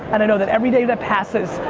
and i know that every day that passes,